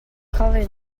colors